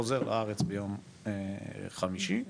חוזר לארץ ביום חמישי,